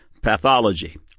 pathology